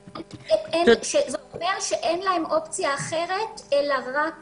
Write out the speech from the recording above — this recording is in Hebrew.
זה אומר שאין להם אופציה אחרת, אלא רק